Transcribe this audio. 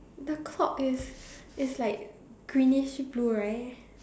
the clock is is like greenish blue right